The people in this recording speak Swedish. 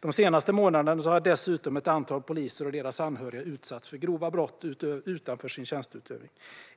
De senaste månaderna har dessutom ett antal poliser och deras anhöriga utsatts för grova brott utanför sin tjänsteutövning.